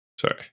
Sorry